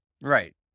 right